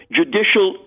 judicial